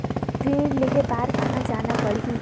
ऋण लेहे बार कहा जाना पड़ही?